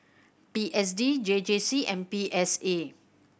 P S D J J C and P S A